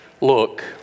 Look